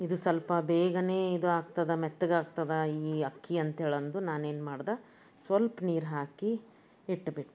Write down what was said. ಇದು ಸ್ವಲ್ಪ ಬೇಗನೇ ಇದು ಆಗ್ತದ ಮೆತ್ತಗಾಗ್ತದೆ ಈ ಅಕ್ಕಿ ಅಂತ ಹೇಳಂದು ನಾನೇನು ಮಾಡ್ದೆ ಸ್ವಲ್ಪ ನೀರು ಹಾಕಿ ಇಟ್ಬಿಟ್ಟು